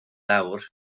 fawr